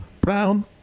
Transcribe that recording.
brown